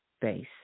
base